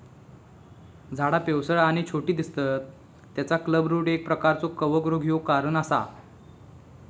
झाडा पिवळसर आणि छोटी दिसतत तेचा क्लबरूट एक प्रकारचो कवक रोग ह्यो कारण असा